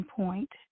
point